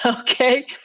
Okay